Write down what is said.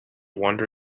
wander